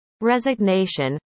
resignation